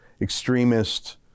extremist